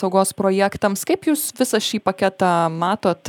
saugos projektams kaip jūs visą šį paketą matot